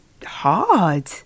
hard